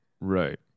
right